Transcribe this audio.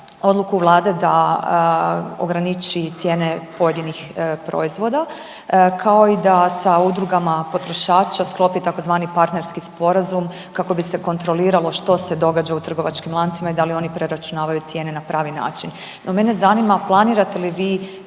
odluku vlade da ograniči cijene pojedinih proizvoda kao i da sa udrugama potrošača sklopi tzv. partnerski sporazum kako bi se kontroliralo što se događa u trgovačkim lancima i da li oni preračunavaju cijene na pravi način. No, mene zanima planirate li vi